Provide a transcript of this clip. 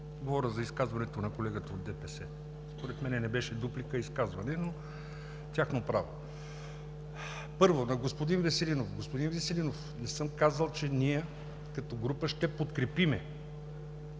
говоря за изказването на колегата от ДПС. Според мен не беше дуплика, а изказване, но – тяхно право. Първо, на господин Веселинов. Господин Веселинов, не съм казал, че ние като група ще подкрепим